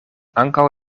ankaŭ